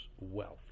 wealth